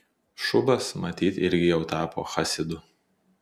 šubas matyt irgi jau tapo chasidu